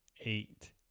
eight